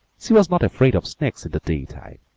she was not afraid of snakes in the daytime,